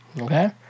okay